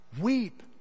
Weep